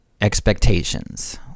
expectations